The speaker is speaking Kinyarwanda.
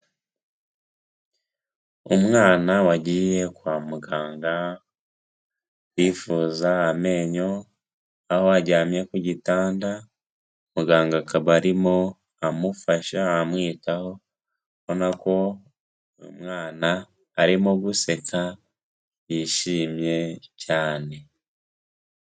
Umwana wagiye kwa muganga kwivuza amenyo, aho aryamye ku gitanda, muganga akaba arimo amufasha amwitaho ubona ko umwana arimo guseka yishimye cyane.